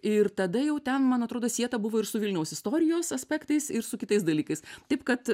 ir tada jau ten man atrodo sieta buvo ir su vilniaus istorijos aspektais ir su kitais dalykais taip kad